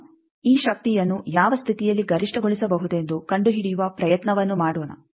ಈಗ ಈ ಶಕ್ತಿಯನ್ನು ಯಾವ ಸ್ಥಿತಿಯಲ್ಲಿ ಗರಿಷ್ಟಗೊಳಿಸಬಹುದೆಂದು ಕಂಡುಹಿಡಿಯುವ ಪ್ರಯತ್ನವನ್ನು ಮಾಡೋಣ